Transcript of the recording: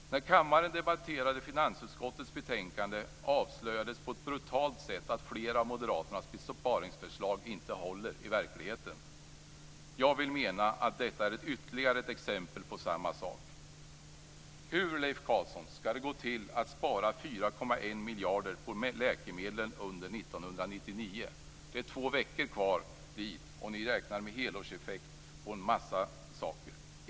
När kammaren debatterade finansutskottets betänkande avslöjades på ett brutalt sätt att flera av moderaternas besparingsförslag inte håller i verkligheten. Jag menar att detta är ytterligare ett exempel på samma sak. Hur, Leif Carlson, skall det gå till att under år 1999 spara 4,1 miljarder på läkemedlen? Det är två veckor kvar till år 1999, och ni räknar med en helårseffekt på en mängd saker!